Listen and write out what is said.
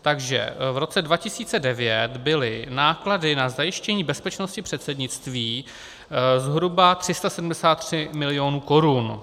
Takže v roce 2009 byly náklady na zajištění bezpečnosti předsednictví zhruba 373 milionů korun.